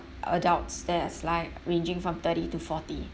adults that's like ranging from thirty to forty